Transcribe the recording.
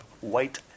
white